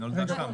היא נולדה שם.